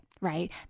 right